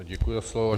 Děkuji za slovo.